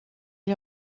est